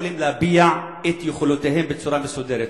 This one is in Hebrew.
יכולים להביע את יכולותיהם בצורה מסודרת.